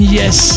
yes